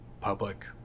public